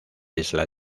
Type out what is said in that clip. isla